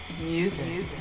music